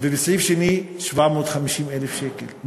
ובסעיף שני 750,000 שקל.